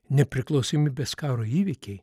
nepriklausomybės karo įvykiai